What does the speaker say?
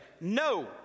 no